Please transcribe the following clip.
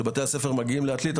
כשבתי הספר מגיעים לעתלית,